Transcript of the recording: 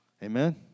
Amen